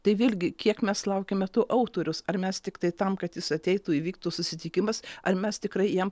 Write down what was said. tai vėlgi kiek mes laukiame tų autorius ar mes tiktai tam kad jis ateitų įvyktų susitikimas ar mes tikrai jam